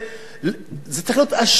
צריך להיות אשף תכנון,